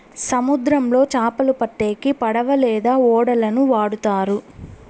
సముద్రంలో చాపలు పట్టేకి పడవ లేదా ఓడలను వాడుతారు